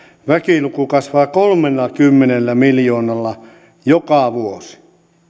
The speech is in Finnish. väkiluku kasvaa kolmellakymmenellä miljoonalla joka vuosi